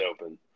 open